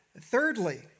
Thirdly